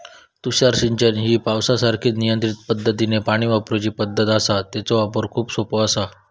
तुषार सिंचन ही पावसासारखीच नियंत्रित पद्धतीनं पाणी वापरूची पद्धत आसा, तेचो वापर खूप सोपो आसा